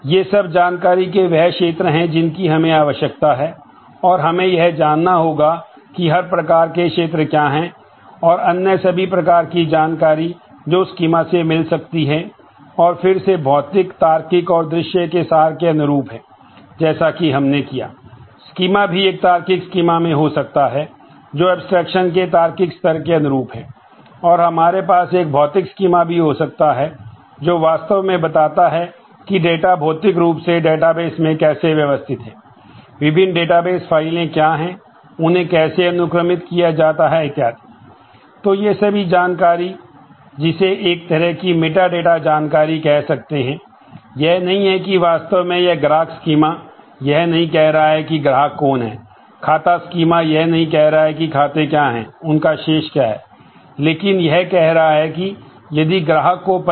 ये सब जानकारी के वह क्षेत्र हैं जिनकी हमें आवश्यकता है और हमें यह जानना होगा कि हर प्रकार के क्षेत्र क्या है और अन्य सभी प्रकार की जानकारी जो स्कीमा फाइलें क्या हैं उन्हें कैसे अनुक्रमित किया जाता है इत्यादि